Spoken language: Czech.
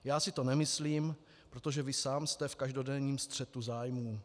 Já si to nemyslím, protože vy sám jste v každodenním střetu zájmů.